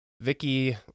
Vicky